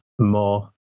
more